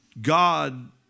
God